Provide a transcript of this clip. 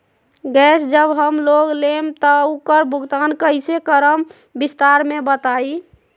Gas जब हम लोग लेम त उकर भुगतान कइसे करम विस्तार मे बताई?